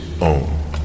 own